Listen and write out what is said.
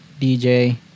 DJ